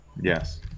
yes